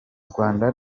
rwanda